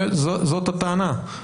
זאת הטענה?